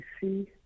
see